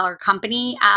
company